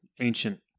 ancient